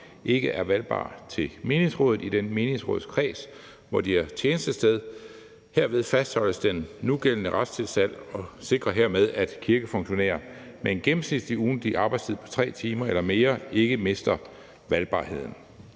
ikke er valgbare til menighedsrådet i den menighedsrådskreds, hvor de har tjenestested. Herved fastholdes den nugældende retstilstand, og vi sikrer hermed, at kirkefunktionærer med en gennemsnitlig ugentlig arbejdstid på 3 timer eller mere ikke mister deres valgbarhed.